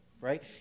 right